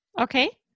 Okay